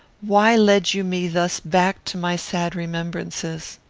why led you me thus back to my sad remembrances?